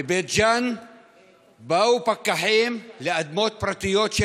בבית ג'ן באו פקחים לאדמות פרטיות של